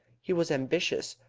he was ambitious,